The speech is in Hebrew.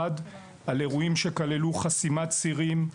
שכללו חסימות צירים,